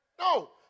No